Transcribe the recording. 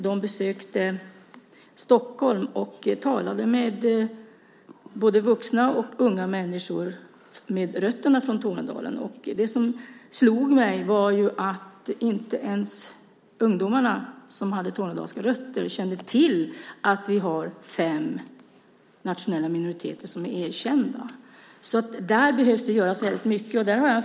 De besökte Stockholm och talade med både vuxna och unga med rötter i Tornedalen. Det slog mig att inte ens de ungdomar som hade tornedalska rötter kände till att vi har fem erkända nationella minoriteter. Där behöver det göras väldigt mycket.